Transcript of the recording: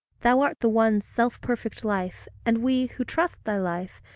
thou art the one self-perfect life, and we who trust thy life,